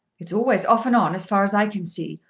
it's always off and on as far as i can see.